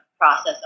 process